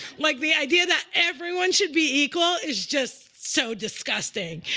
like, the idea that everyone should be equal is just so disgusting,